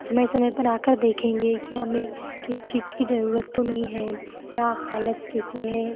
समय समय पर आ कर देखेंगे कि हमें किसी चीज़ की ज़रूरत तो नहीं है या हालत कैसी है